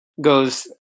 goes